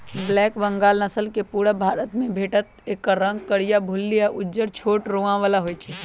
black Bengal नसल पुरुब भारतमे भेटत एकर रंग करीया, भुल्ली आ उज्जर छोट रोआ बला होइ छइ